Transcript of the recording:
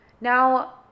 Now